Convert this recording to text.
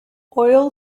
oil